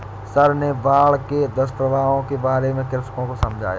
sir ने बाढ़ के दुष्प्रभावों के बारे में कृषकों को समझाया